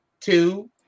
two